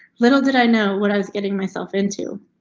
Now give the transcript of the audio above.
little did i know what i was getting myself into.